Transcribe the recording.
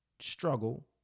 struggle